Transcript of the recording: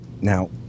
now